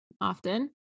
often